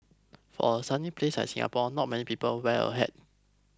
for a sunny place like Singapore not many people wear a hat